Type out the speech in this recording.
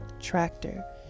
tractor